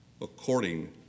according